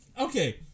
okay